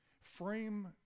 Frame